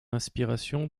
inspiration